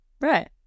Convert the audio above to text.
Right